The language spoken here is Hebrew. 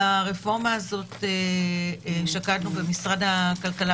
על הרפורמה הזאת שקדנו במשרד הכלכלה